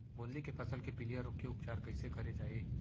गोंदली के फसल के पिलिया रोग के उपचार कइसे करे जाये?